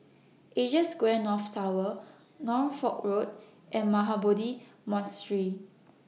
Asia Square North Tower Norfolk Road and Mahabodhi Monastery